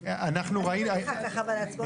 אני רוצה רגע לדייק את אופן ההצבעה.